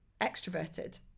extroverted